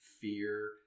fear